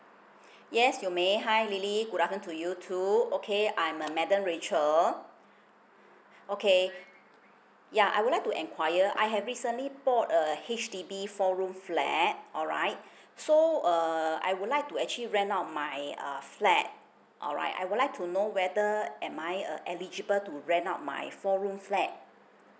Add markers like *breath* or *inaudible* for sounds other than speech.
*breath* yes you may hi lily good afternoon to you too okay I'm uh madam rachel okay yeah I would like to enquire I have recently bought a H_D_B four room flat alright so err I would like to actually rent out my uh flat alright I would like to know whether am I uh eligible to rent out my four room flat